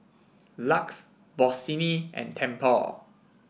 Lux Bossini and Tempur